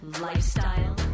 lifestyle